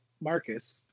Marcus